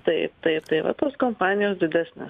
taip taip tai va tos kompanijos didesnės